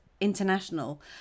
international